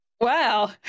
Wow